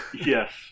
Yes